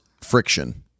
friction